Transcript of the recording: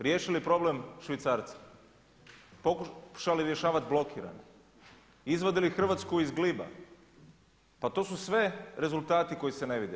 Riješili problem švicarca, pokušali rješavati blokirane, izvadili Hrvatsku iz gliba pa to su sve rezultati koji se ne vide.